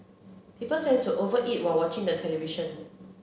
people tend to over eat while watching the television